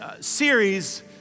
series